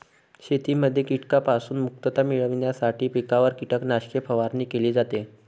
शेतीमध्ये कीटकांपासून मुक्तता मिळविण्यासाठी पिकांवर कीटकनाशके फवारणी केली जाते